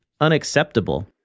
unacceptable